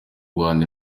rwanda